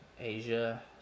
Asia